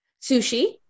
Sushi